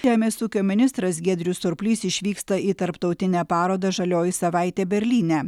žemės ūkio ministras giedrius surplys išvyksta į tarptautinę parodą žalioji savaitė berlyne